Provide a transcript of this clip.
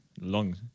long